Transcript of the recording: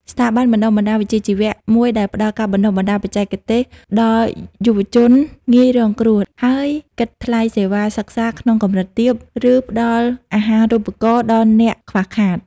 ស្ថាប័នបណ្តុះបណ្តាលវិជ្ជាជីវៈមួយដែលផ្តល់ការបណ្តុះបណ្តាលបច្ចេកទេសដល់យុវជនងាយរងគ្រោះ ហើយគិតថ្លៃសេវាសិក្សាក្នុងកម្រិតទាប ឬផ្តល់អាហារូបករណ៍ដល់អ្នកខ្វះខាត។